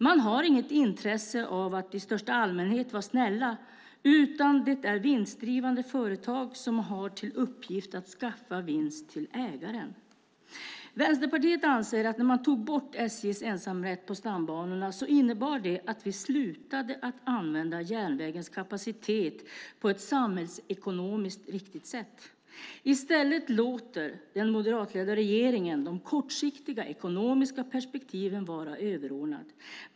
De har inget intresse av att i största allmänhet vara "snälla". De är vinstdrivande företag som har till uppgift att skaffa vinst till ägaren. Vänsterpartiet anser att vi slutade att använda järnvägens kapacitet på ett samhällsekonomiskt riktigt sätt när SJ:s ensamrätt på stambanorna togs bort. I stället låter den moderatledda regeringen de kortsiktiga ekonomiska perspektiven vara överordnade.